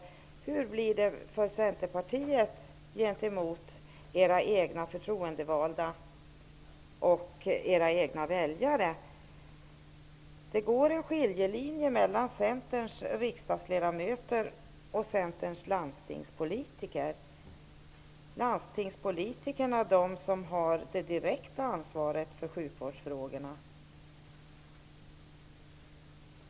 Hur blir ert förhållande gentemot era förtroendevalda och era väljare? Det går en skiljelinje mellan Centerns riksdagsledamöter och Landstingspolitikerna är de som har det direkta ansvaret för sjukvårdsfrågorna.